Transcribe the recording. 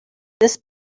this